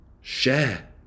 share